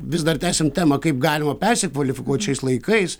vis dar tęsiam temą kaip galima persikvalifikuot šiais laikais